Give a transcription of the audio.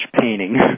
painting